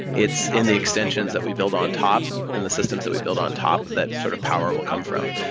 it's in the extensions that we build on top and the systems that we build on top that sort of power will come from.